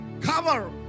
cover